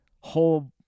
whole